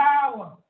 power